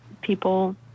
people